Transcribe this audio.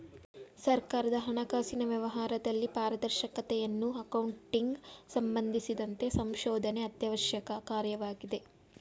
ಸರ್ಕಾರದ ಹಣಕಾಸಿನ ವ್ಯವಹಾರದಲ್ಲಿ ಪಾರದರ್ಶಕತೆಯನ್ನು ಅಕೌಂಟಿಂಗ್ ಸಂಬಂಧಿಸಿದಂತೆ ಸಂಶೋಧನೆ ಅತ್ಯವಶ್ಯಕ ಕಾರ್ಯವಾಗಿದೆ